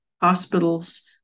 hospitals